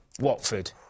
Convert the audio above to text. Watford